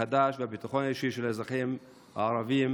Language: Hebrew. מחדש והביטחון האישי של האזרחים הערבים